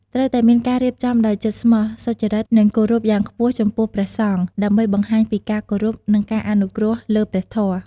ត្រូវតែមានការរៀបចំដោយចិត្តស្មោះ សុចរិត និងគោរពយ៉ាងខ្ពស់ចំពោះព្រះសង្ឃ ដើម្បីបង្ហាញពីការគោរព និងការអនុគ្រោះលើព្រះធម៌។